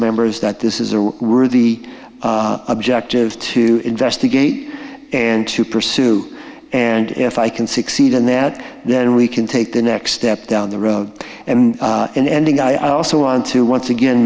members that this is a worthy objective to investigate and to pursue and if i can succeed in that then we can take the next step down the road and in ending i also want to once again